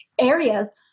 areas